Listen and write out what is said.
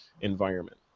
environment